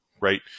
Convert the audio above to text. right